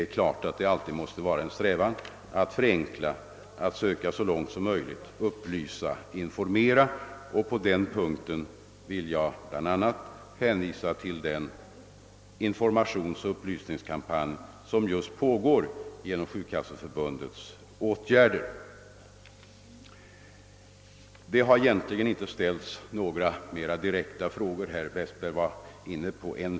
Vi måste naturligtvis också alltid sträva efter att så långt möjligt är upplyså och informera, och där vill jag bl.a. hänvisa till den informationsoch upplysningskampanj som nu pågår genom försäkringskasseförbundets försorg. | Här har egentligen bara ställts en enda fråga, och det var herr Westberg i Ljusdal som ställde den.